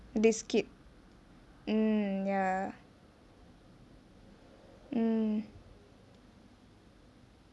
risk it mm ya